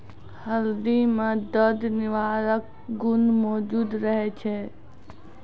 हल्दी म दर्द निवारक गुण मौजूद रहै छै